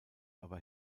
aber